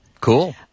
cool